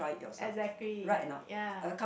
exactly ya